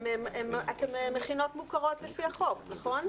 אתם מכינות מוכרות לפי החוק, נכון?